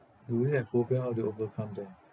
do you have phobia how do you overcome them